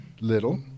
Little